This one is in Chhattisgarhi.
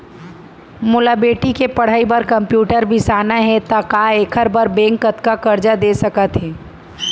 मोला बेटी के पढ़ई बार कम्प्यूटर बिसाना हे त का एखर बर बैंक कतका करजा दे सकत हे?